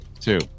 two